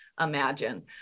imagine